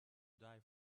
die